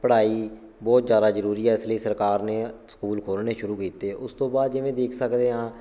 ਪੜ੍ਹਾਈ ਬਹੁਤ ਜ਼ਿਆਦਾ ਜ਼ਰੂਰੀ ਹੈ ਇਸ ਲਈ ਸਰਕਾਰ ਨੇ ਸਕੂਲ ਖੋਲ੍ਹਣੇ ਸ਼ੁਰੂ ਕੀਤੇ ਉਸ ਤੋਂ ਬਾਅਦ ਜਿਵੇਂ ਦੇਖ ਸਕਦੇ ਹਾਂ